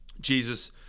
Jesus